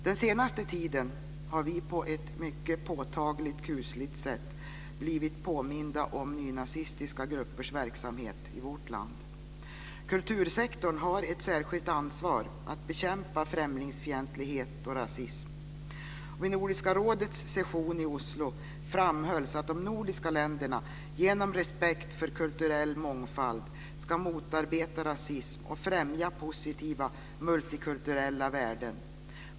Den senaste tiden har vi på ett påtagligt kusligt sätt blivit påminda om nynazistiska gruppers verksamhet i vårt land. Kultursektorn har ett särskilt ansvar att bekämpa främlingsfientlighet och rasism. Vid Nordiska rådets session i Oslo framhölls att de nordiska länderna genom respekt för kulturell mångfald ska motarbeta rasism och främja positiva multikulturella värden.